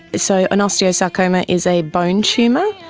so an osteosarcoma is a bone tumour.